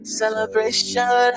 celebration